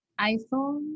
iPhone